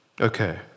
Okay